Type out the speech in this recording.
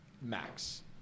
max